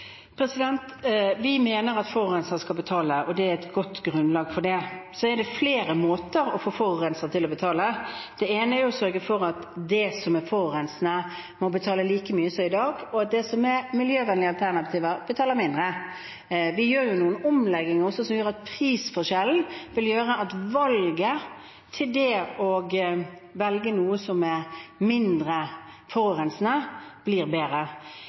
Vi mener at forurenser skal betale, og det er et godt grunnlag for det. Det er flere måter å få forurenser til å betale på. Det ene er å sørge for at det som er forurensende, må betale like mye som i dag, og at det som er miljøvennlige alternativer, betaler mindre. Vi gjør også noen omlegginger som gjør at prisforskjellen vil gjøre at det å velge noe som er mindre forurensende, blir